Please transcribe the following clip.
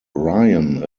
ryan